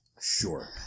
Sure